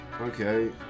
Okay